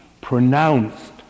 pronounced